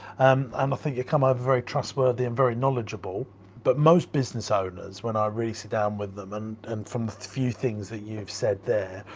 um um think you come over very trustworthy and very knowledgeable but most business owners, when i really sit down with them and and from the few things that you've said there,